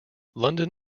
london